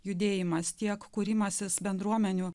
judėjimas tiek kūrimasis bendruomenių